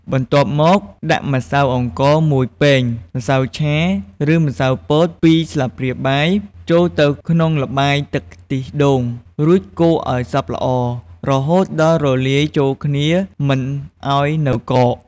បន្ទាប់មក ដាក់ម្សៅអង្ករ ១ ពែង ម្សៅឆា ឬម្សៅពោត ២ ស្លាបព្រាបាយ ចូលទៅក្នុងល្បាយទឹកខ្ទិះដូង រួចកូរឲ្យសព្វល្អ រហូតដល់រលាយចូលគ្នា មិនឱ្យនៅកក។